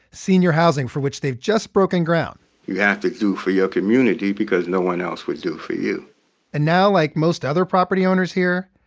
senior housing for which they've just broken ground you have to do for your community because no one else would do for you and now, like most other property owners here,